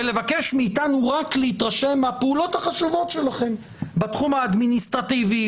ולבקש מאיתנו רק להתרשם מהפעולות החשובות שלכם בתחום האדמיניסטרטיבי,